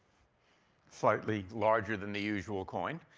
slightly larger than the usual coin.